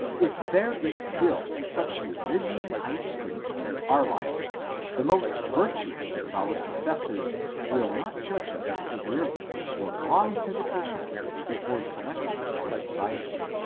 if there is still such elysian ice-cream in carlisle the most virtuous of our successors will not judge us severely for long hesitation before selecting our society.